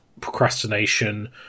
procrastination